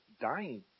dying